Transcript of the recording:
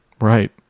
Right